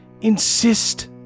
insist